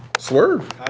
Swerve